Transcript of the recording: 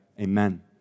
amen